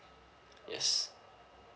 yes